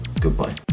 goodbye